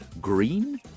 green